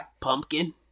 pumpkin